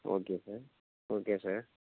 okay sir okay sir